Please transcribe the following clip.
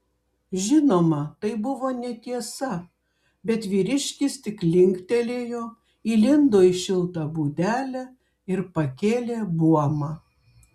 žinoma tai buvo netiesa bet vyriškis tik linktelėjo įlindo į šiltą būdelę ir pakėlė buomą